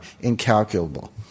Incalculable